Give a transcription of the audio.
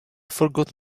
forgot